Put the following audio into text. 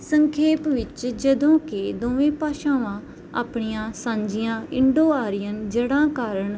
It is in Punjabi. ਸੰਖੇਪ ਵਿੱਚ ਜਦੋਂ ਕਿ ਦੋਵੇਂ ਭਾਸ਼ਾਵਾਂ ਆਪਣੀਆਂ ਸਾਂਝੀਆਂ ਇੰਡੋ ਆਰੀਅਨ ਜੜ੍ਹਾਂ ਕਾਰਨ